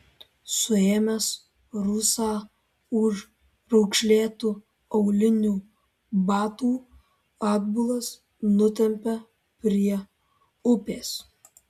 suėmęs rusą už raukšlėtų aulinių batų atbulas nutempė prie upės